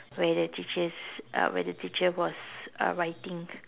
where they teachers uh where the teacher was uh writing